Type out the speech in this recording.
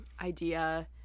idea